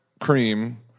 cream